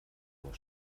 uhr